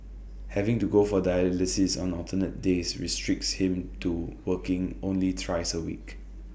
having to go for dialysis on alternate days restricts him to working only thrice A week